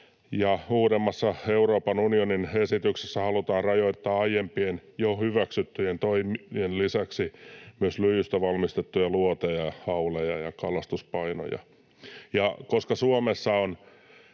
uudemmassa Euroopan unionin esityksessä halutaan rajoittaa aiempien, jo hyväksyttyjen toimien lisäksi myös lyijystä valmistettuja luoteja ja hauleja ja kalastuspainoja.